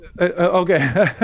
Okay